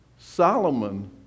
Solomon